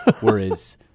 whereas